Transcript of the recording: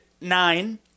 nine